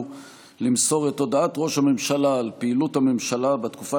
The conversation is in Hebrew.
למסור את הודעת ראש הממשלה על פעילות הממשלה בתקופה